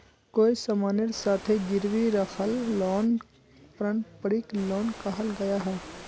कोए सामानेर साथे गिरवी राखाल लोन पारंपरिक लोन कहाल गयाहा